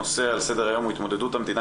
הנושא על סדר היום הוא התמודדות המדינה